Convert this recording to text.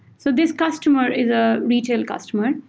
so this customer is a retail customer.